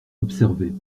observait